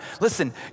Listen